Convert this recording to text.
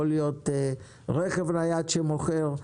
יכולים להיות רכב נייד שמוכר,